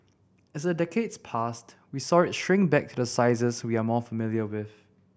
as the decades passed we saw it shrink back to the sizes we are more familiar with